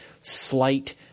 slight